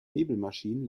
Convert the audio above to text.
nebelmaschinen